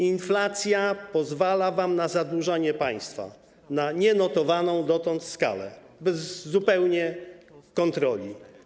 Inflacja pozwala wam na zadłużanie państwa na nienotowaną dotąd skalę zupełnie bez kontroli.